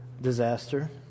disaster